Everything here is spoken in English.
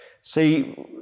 See